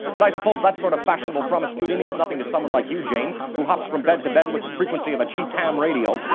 but i suppose that sort of fashionable promiscuity means nothing to someone like you, jane, who hops from bed to bed with the frequency of a cheap, ham radio.